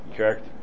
Correct